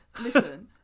Listen